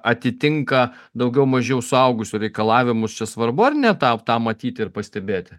atitinka daugiau mažiau suaugusio reikalavimus čia svarbu ar ne tą tą matyti ir pastebėti